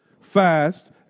fast